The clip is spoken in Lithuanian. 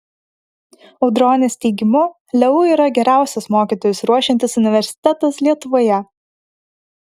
audronės teigimu leu yra geriausias mokytojus ruošiantis universitetas lietuvoje